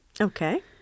Okay